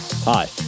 Hi